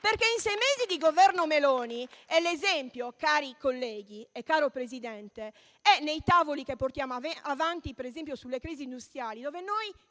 perché in sei mesi di Governo Meloni - e l'esempio, cari colleghi e caro Presidente, è nei tavoli che portiamo avanti, per esempio, sulle crisi industriali dove noi,